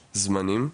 בזמנים,